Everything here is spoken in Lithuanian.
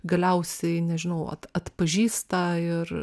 galiausiai nežinau atpažįsta ir